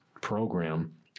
program